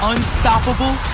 Unstoppable